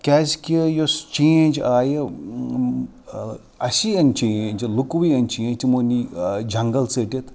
کیٛازِکہِ یۄس چینٛج آیہِ اَسی أنۍ چینٛج لُکوٕے أنۍ چینٛج تِمو نی جنٛگل ژٔٹِتھ